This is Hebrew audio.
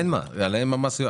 עליהם אין מס.